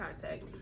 contact